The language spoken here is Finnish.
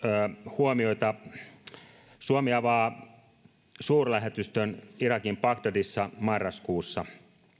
huomioita suomi avaa suurlähetystön irakin bagdadissa marraskuussa